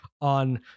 on